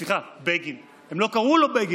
סליחה, בגין, הם לא קראו לו בגין: